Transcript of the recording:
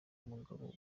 umugabo